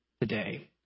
today